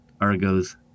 Argos